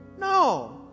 No